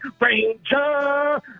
Ranger